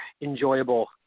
enjoyable